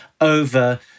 over